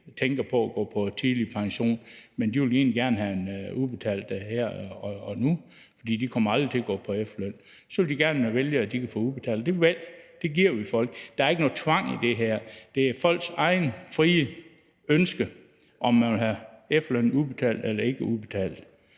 tænker på at gå på tidlig pension, men de vil egentlig gerne have den udbetalt her og nu, fordi de aldrig kommer til at gå på efterløn. Så vil de gerne kunne vælge, at de kan få den udbetalt, og det valg giver vi folk. Der er ikke nogen tvang i det her, det er folks eget frie ønske, hvorvidt de vil have efterlønnen udbetalt.